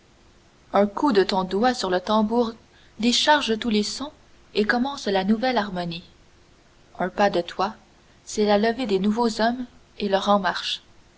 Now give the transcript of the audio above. un coup de ton doigt sur le tambour décharge tous les sons et commence la nouvelle harmonie un pas de toi c'est la levée des nouveaux hommes et leur en marche